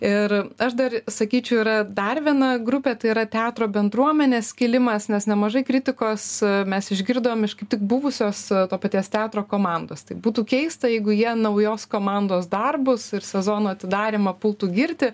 ir aš dar sakyčiau yra dar viena grupė tai yra teatro bendruomenės skilimas nes nemažai kritikos mes išgirdom iš kaip tik buvusios to paties teatro komandos tai būtų keista jeigu jie naujos komandos darbus ir sezono atidarymą pultų girti